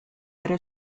ere